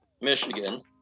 Michigan